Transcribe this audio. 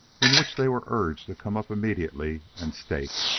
in which they were urged to come up immediately and stake.